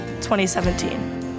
2017